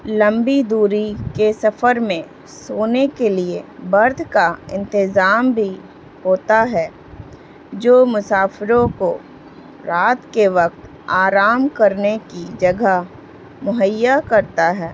لمبی دوری کے سفر میں سونے کے لیے برتھ کا انتظام بھی ہوتا ہے جو مسافروں کو رات کے وقت آرام کرنے کی جگہ مہیا کرتا ہے